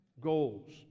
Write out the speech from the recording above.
goals